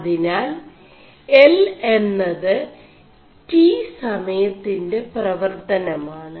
അതിനാൽ L എMത് 't' സമയøിൻെറ 4പവർøനമാണ്